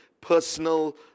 personal